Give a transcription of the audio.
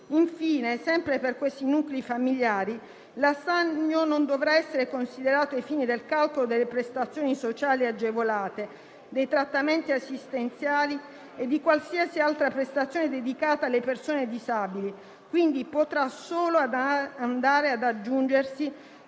Infine, sempre per questi nuclei famigliari, l'assegno non dovrà essere considerato ai fini del calcolo delle prestazioni sociali agevolate, dei trattamenti assistenziali e di qualsiasi altra prestazione dedicata alle persone disabili, quindi potrà solo andare ad aggiungersi